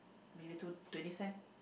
maybe two twenty cent